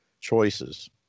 choices